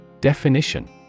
Definition